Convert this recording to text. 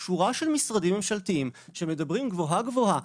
שורה של משרדים ממשלתיים שמדברים גבוהה-גבוהה,